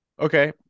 Okay